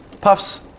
Puffs